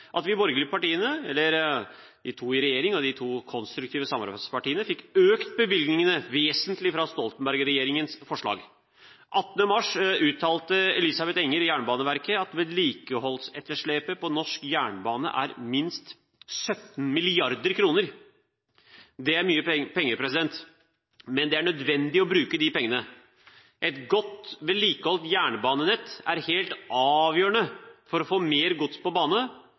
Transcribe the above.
at de borgerlige partiene – eller de to i regjering og de to konstruktive samarbeidspartiene – fikk økt bevilgningene vesentlig fra Stoltenberg-regjeringens forslag. Den 18. mars uttalte Elisabeth Enger i Jernbaneverket at vedlikeholdsetterslepet på norsk jernbane er minst 17 mrd. kr. Det er mye penger, men det er nødvendig med disse pengene. Et godt vedlikeholdt jernbanenett er helt avgjørende for å få mer gods på bane,